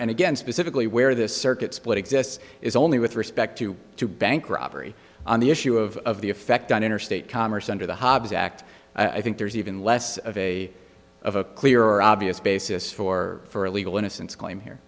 and again specifically where this circuit split exists is only with respect to two bank robbery on the issue of the effect on interstate commerce under the hobbs act i think there's even less of a of a clear obvious basis for for a legal innocence claim here